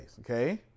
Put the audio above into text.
okay